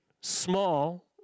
small